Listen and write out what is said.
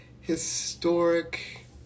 historic